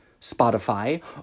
Spotify